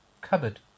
cupboard